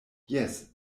jes